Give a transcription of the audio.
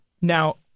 Now